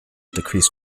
decreased